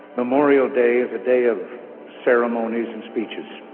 memorial day is a day of ceremonies and speeches.